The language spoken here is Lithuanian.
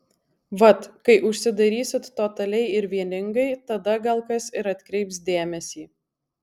vat kai užsidarysit totaliai ir vieningai tada gal kas ir atkreips dėmesį